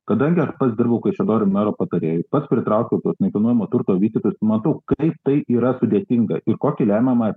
kadangi aš pats dirbau kaišiadorių mero patarėju pats pritraukiau tuos nekilnojamo turto vystytojus matau kaip tai yra sudėtinga ir kokį lemiamąjį